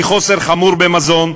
מחוסר חמור במזון,